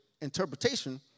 interpretation